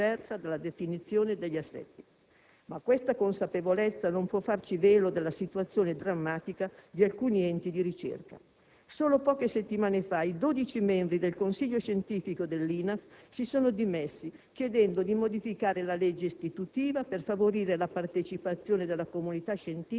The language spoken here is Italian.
cosa diversa dalla definizione degli assetti. Ma questa consapevolezza non può farci velo della situazione drammatica di alcuni enti di ricerca. Solo poche settimane fa i 12 membri del consiglio scientifico dell'Istituto nazionale di astrofisica (INAF) si sono dimessi, chiedendo di modificare la legge istitutiva per favorire la partecipazione della comunità